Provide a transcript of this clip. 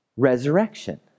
resurrection